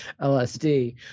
LSD